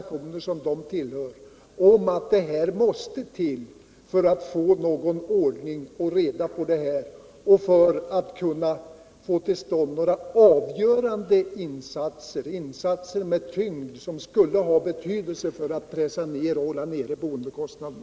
Inom deras respektive organisationer anser man att dessa åtgärder måste till för att kunna pressa ned boendekostnaderna.